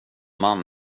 man